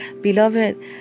Beloved